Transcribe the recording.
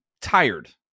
tired